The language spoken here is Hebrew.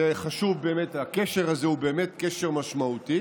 זה חשוב באמת, הקשר הזה הוא באמת קשר משמעותי.